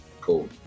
cool